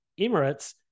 Emirates